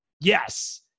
Yes